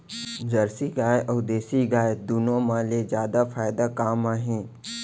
Jersey गाय अऊ देसी गाय दूनो मा ले जादा फायदा का मा हे?